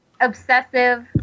Obsessive